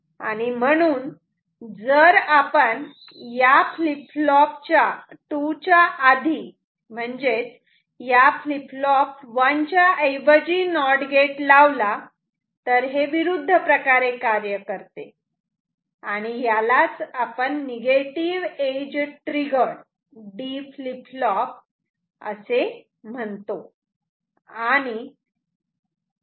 आणि म्हणून जर आपण या फ्लीप फ्लॉप 2 च्या आधी म्हणजेच या फ्लीप फ्लॉप 1 च्या ऐवजी नोट गेट लावला तर हे विरुद्ध प्रकारे कार्य करते आणि यालाच negative edge triggered D flip flop असे म्हणतात